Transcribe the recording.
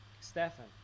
Stefan